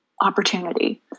opportunity